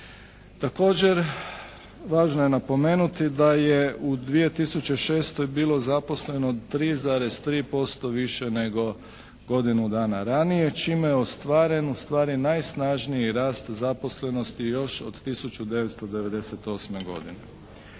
Također, važno je napomenuti da je u 2006. bilo zaposleno 3,3% više nego godinu dana ranije čime je ostvaren u stvari najsnažniji rast zaposlenosti još od 1998. godine.